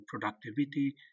productivity